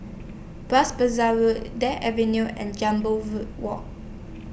Bras Basah Road Drake Avenue and Jambol Road Walk